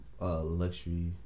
Luxury